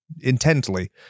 intently